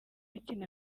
akina